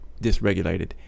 dysregulated